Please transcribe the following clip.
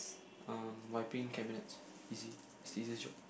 um wiping cabinets easy it's the easiest job